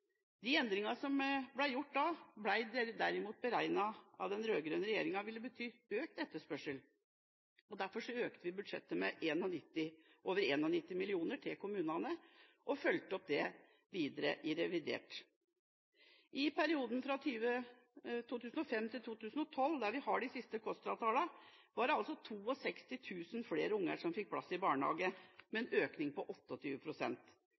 De endringene som ble gjort da, ville derimot etter den rød-grønne regjeringas beregninger bety økt etterspørsel. Derfor økte vi budsjettet med over 91 mill. kr til kommunene og fulgte det opp videre i revidert. I perioden 2005–2012, som vi har de siste Kostra-tallene fra, var det 62 000 flere unger som fikk plass i barnehage. Det er en økning på